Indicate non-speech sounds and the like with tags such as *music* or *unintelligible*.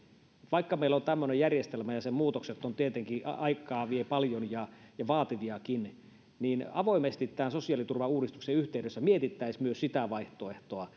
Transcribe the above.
vaikka meillä on tämmöinen järjestelmä ja sen muutokset tietenkin vievät paljon aikaa ja ovat vaativiakin niin avoimesti tämän sosiaaliturvauudistuksen yhteydessä mietittäisiin myös sitä vaihtoehtoa *unintelligible*